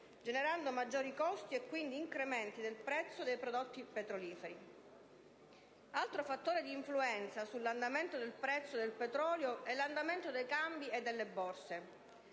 generando maggiori costi e quindi incrementi del prezzo dei prodotti petroliferi. Altro fattore di influenza sull'andamento del prezzo del petrolio è l'andamento dei cambi e delle borse.